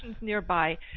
nearby